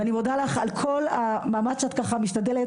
ואני מודה לך על כל המאמץ שאת ככה משתדלת